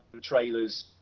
trailers